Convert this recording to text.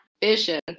vision